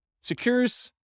secures